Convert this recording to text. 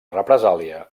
represàlia